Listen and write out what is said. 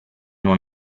non